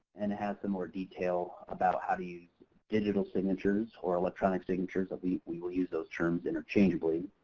and it has similar detail about how to use digital signatures or electronic signatures, we we will use those terms interchangeably.